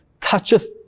touches